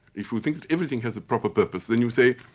if we think everything has a proper purpose, then you say,